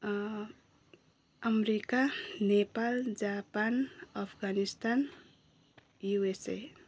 America Nepal Japan Afghanistan USA